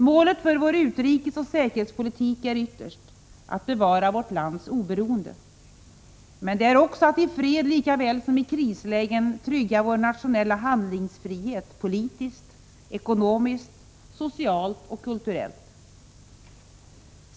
Målet för vår utrikesoch säkerhetspolitik är ytterst att bevara vårt lands oberoende. Men det är också att i fred lika väl som i krislägen trygga vår nationella handlingsfrihet politiskt, ekonomiskt, socialt och kulturellt.